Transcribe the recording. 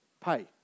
pay